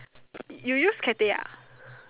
you use Cathay ah